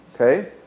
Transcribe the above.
Okay